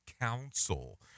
council